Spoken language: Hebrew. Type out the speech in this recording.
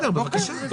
בבקשה, קיבלת.